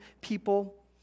people